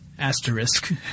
asterisk